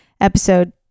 episode